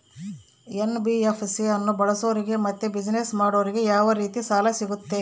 NBFC ಅನ್ನು ಬಳಸೋರಿಗೆ ಮತ್ತೆ ಬಿಸಿನೆಸ್ ಮಾಡೋರಿಗೆ ಯಾವ ರೇತಿ ಸಾಲ ಸಿಗುತ್ತೆ?